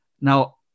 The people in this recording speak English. Now